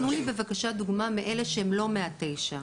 תנו לי בבקשה דוגמה מאלה שהם לא מהתשע,